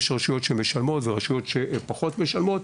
יש רשויות שמשלמות ויש רשויות שפחות משלמות.